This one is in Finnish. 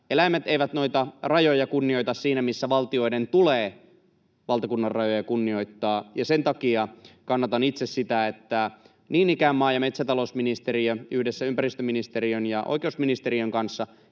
eläimet eivät noita rajoja kunnioita siinä missä valtioiden tulee valtakunnan rajoja kunnioittaa, ja sen takia kannatan itse sitä, että niin ikään maa- ja metsätalousministeriö yhdessä ympäristöministeriön ja oikeusministeriön kanssa